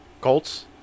Colts